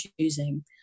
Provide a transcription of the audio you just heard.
choosing